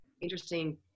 interesting